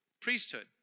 priesthood